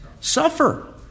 Suffer